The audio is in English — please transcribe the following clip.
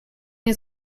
his